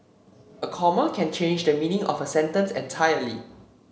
a comma can change the meaning of a sentence entirely